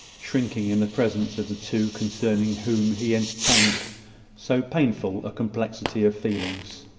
shrinking in the presence of the two concerning whom he entertained so painful a complexity of feelings.